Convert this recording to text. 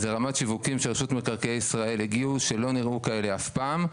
זו רמת שיווקים שרשות מקרקעי ישראל הגיעו שלא נראו כאלה אף פעם,